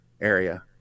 area